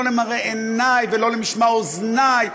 לא למראה עיני ולא למשמע אוזני.